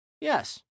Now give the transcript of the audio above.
Yes